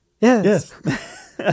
Yes